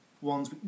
ones